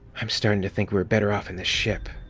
i'm starting to think we were better off in the ship,